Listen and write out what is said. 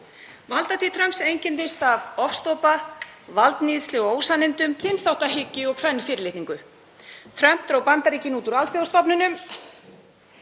Valdatíð Trumps einkenndist af ofstopa, valdníðslu og ósannindum, kynþáttahyggju og kvenfyrirlitningu. Trump dró Bandaríkin út úr alþjóðastofnunum,